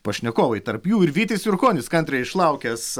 pašnekovai tarp jų ir vytis jurkonis kantriai išlaukęs